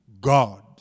God